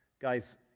Guys